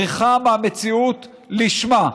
בריחה מהמציאות לשמה.